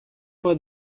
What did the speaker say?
for